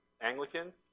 Anglicans